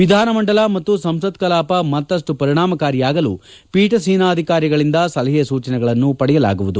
ವಿಧಾನಮಂಡಲ ಮತ್ತು ಸಂಸತ್ ಕಲಾಪ ಮತ್ತಷ್ಟು ಪರಿಣಾಮಕಾರಿಯಾಗಲು ಪೀಠಾಸೀನಾಧಿಕಾರಿಗಳಿಂದ ಸಲಹೆ ಸೂಚನೆಗಳನ್ನು ಪಡೆಯಲಾಗುವುದು